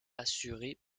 assuré